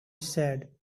said